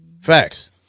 facts